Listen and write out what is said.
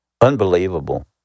unbelievable